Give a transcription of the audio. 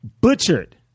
butchered